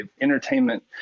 entertainment